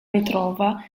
ritrova